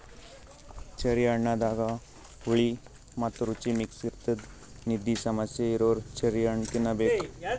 cherry ಹಣ್ಣದಾಗ್ ಹುಳಿ ಮತ್ತ್ ರುಚಿ ಮಿಕ್ಸ್ ಇರ್ತದ್ ನಿದ್ದಿ ಸಮಸ್ಯೆ ಇರೋರ್ ಚೆರ್ರಿ ಹಣ್ಣ್ ತಿನ್ನಬೇಕ್